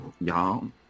Y'all